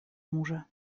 мужа